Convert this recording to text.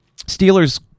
Steeler's